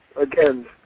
again